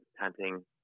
hunting